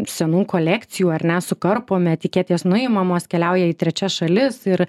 senų kolekcijų ar ne sukarpom etiketės nuimamos keliauja į trečias šalis ir